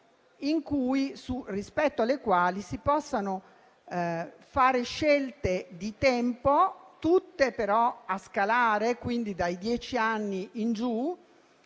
patologie rispetto alle quali si possono fare scelte di tempo, tutte però a scalare, quindi dai dieci anni in giù